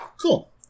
Cool